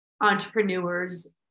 entrepreneurs